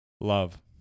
Love